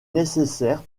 nécessaire